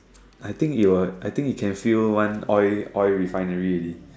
I think you are I think you can fill one oil refinery already